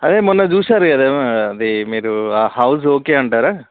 అదే మొన్న చూసారు కదా అది మీరు ఆ హౌస్ ఓకే అంటారా